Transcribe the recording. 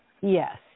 Yes